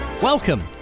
Welcome